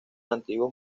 antiguos